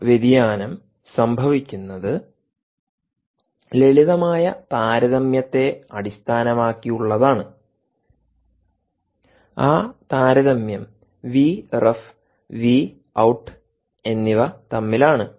ആ വ്യതിയാനം സംഭവിക്കുന്നത് ലളിതമായ താരതമ്യത്തെ അടിസ്ഥാനമാക്കിയുള്ളതാണ് ആ താരതമ്യം വി റെഫ് വീ ഔട്ട് എന്നിവ തമ്മിലാണ്